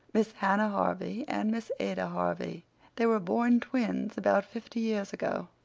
miss hannah harvey and miss ada harvey. they were born twins about fifty years ago.